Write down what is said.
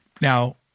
Now